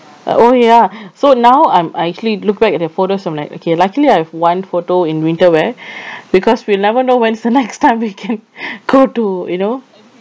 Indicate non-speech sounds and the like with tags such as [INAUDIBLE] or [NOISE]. uh oh ya [BREATH] so now I'm I actually look back at their photos I'm like okay luckily I've one photo in winterwear [BREATH] because we'll never know when's the next time we can go to you know